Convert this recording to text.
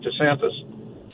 DeSantis